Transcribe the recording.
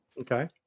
Okay